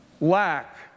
lack